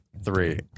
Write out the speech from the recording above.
Three